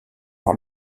par